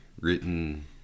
written